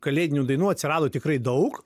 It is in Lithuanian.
kalėdinių dainų atsirado tikrai daug